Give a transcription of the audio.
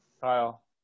Kyle